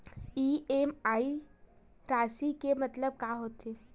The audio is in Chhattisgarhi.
इ.एम.आई राशि के मतलब का होथे?